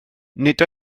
nid